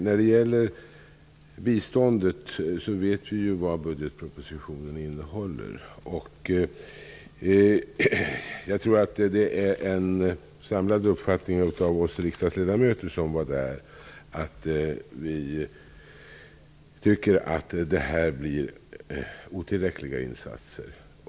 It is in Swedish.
När det gäller biståndet vet vi vad budgetpropositionen innehåller. Jag tror att det är en samlad uppfattning hos oss riksdagsledamöter som var där att det är otillräckliga insatser.